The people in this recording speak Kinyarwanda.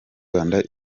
rwanda